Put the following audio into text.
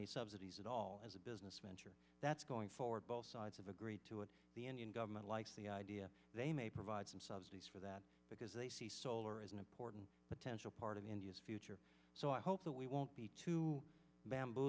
any subsidies at all as a business venture that's going forward both sides have agreed to it the indian government likes the idea they may provide some subsidies for that because they see solar as an important potential part of india's future so i hope that we won't be too bamboo